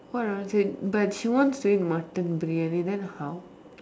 what wanted to say but she wants to eat mutton briyani then how